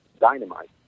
dynamite